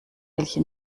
welche